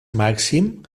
màxim